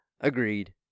agreed